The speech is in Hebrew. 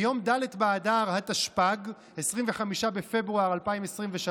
ביום ד' באדר התשפ"ג, 25 בפברואר 2023,